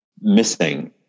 missing